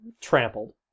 trampled